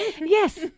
Yes